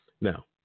Now